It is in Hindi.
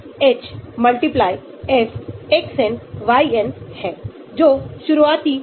Kx मूल एस्टर के हाइड्रोलाइज़ की एक प्रतिस्थापित एस्टर दर के हाइड्रोलिसिस की दर का प्रतिनिधित्व करता है